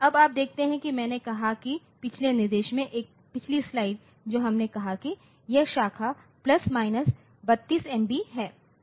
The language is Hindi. अब आप देखते हैं कि मैंने कहा है कि पिछले निर्देश में एक पिछली स्लाइड जो हमने कहा है कि यह शाखा 32 एमबी है